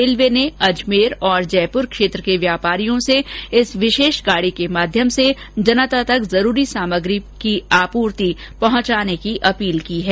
railway ने अजमेर और जयपूर क्षेत्र के व्यापारियों से इस विशेष गाड़ी के माध्यम से जनता तक जरूरी सामग्री की आपूर्ति पहुंचाने की अपील की है